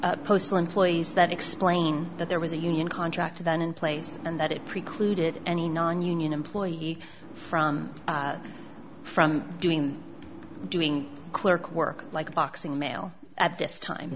postal employees that explain that there was a union contract then in place and that it precluded any nonunion employee from from doing doing clerk work like boxing mail at this